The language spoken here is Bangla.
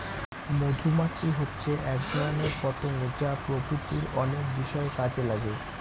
মধুমাছি হচ্ছে এক ধরনের পতঙ্গ যা প্রকৃতির অনেক বিষয়ে কাজে লাগে